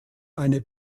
eine